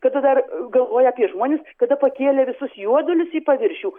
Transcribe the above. kada dar galvoja apie žmones tada pakėlė visus juodulius į paviršių